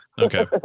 Okay